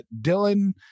Dylan